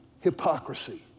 hypocrisy